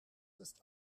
ist